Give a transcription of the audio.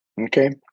okay